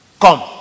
Come